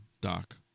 Doc